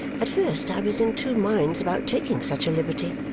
at first i was in two minds about taking such a liberty,